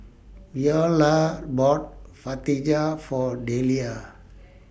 Beaulah bought For Delia